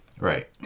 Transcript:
Right